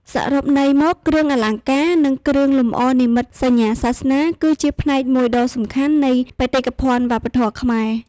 សរុបន័យមក គ្រឿងអលង្ការ និងគ្រឿងលម្អនិមិត្តសញ្ញាសាសនា គឺជាផ្នែកមួយដ៏សំខាន់នៃបេតិកភណ្ឌវប្បធម៌ខ្មែរ។